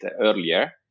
earlier